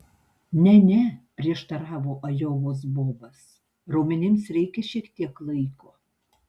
ne ne prieštaravo ajovos bobas raumenims reikia šiek tiek laiko